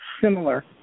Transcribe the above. Similar